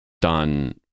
done